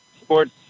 sports